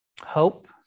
hope